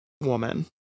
woman